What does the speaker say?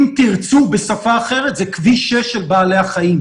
אם תרצו, בשפה אחרת זה כביש 6 של בעלי החיים,